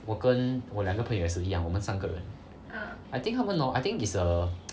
我跟我两个朋友也是一样我们三个人 I think 他们 hor I think is a